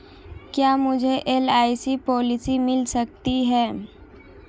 क्या मुझे LIC policy मिल सकती है?